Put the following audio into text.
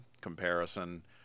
comparison